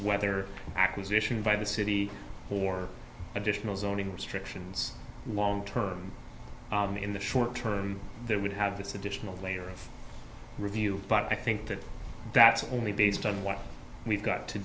whether acquisition by the city for additional zoning restrictions long term in the short term there would have this additional layer of review but i think that that's only based on what we've got to